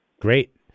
Great